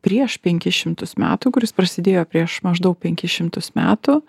prieš penkis šimtus metų kuris prasidėjo prieš maždaug penkis šimtus metų